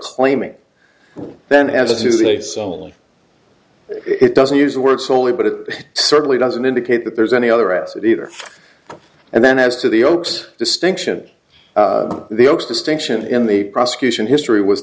claiming then as a sole it doesn't use the words only but it certainly doesn't indicate that there's any other as it either and then as to the oaks distinction the oaks distinction in the prosecution history was